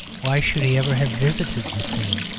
why should he ever have visited the scene?